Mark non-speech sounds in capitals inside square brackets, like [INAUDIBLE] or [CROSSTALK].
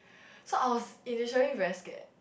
[BREATH] so I was initially very scared